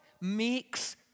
makes